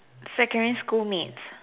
secondary school mates